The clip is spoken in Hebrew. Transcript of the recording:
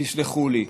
תסלחו לי.